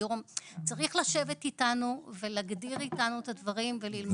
צריך לשבת איתנו ולהגדיר איתנו את הדברים וללמוד אותם.